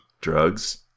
drugs